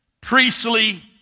priestly